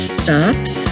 stops